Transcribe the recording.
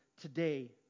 today